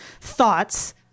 thoughts